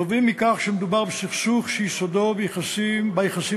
נובעים מכך שמדובר בסכסוך שיסודו ביחסים